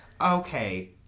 Okay